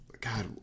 God